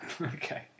Okay